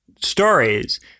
stories